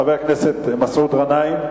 חבר הכנסת מסעוד גנאים?